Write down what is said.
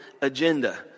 agenda